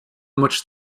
much